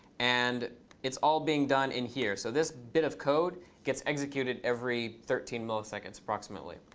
and it's all being done in here. so this bit of code gets executed every thirteen milliseconds approximately.